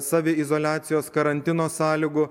saviizoliacijos karantino sąlygų